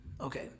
Okay